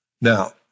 Now